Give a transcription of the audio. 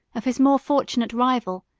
of his more fortunate rival,